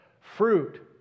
Fruit